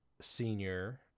senior